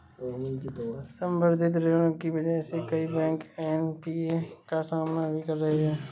संवर्धित ऋण की वजह से कई बैंक एन.पी.ए का सामना भी कर रहे हैं